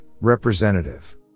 representative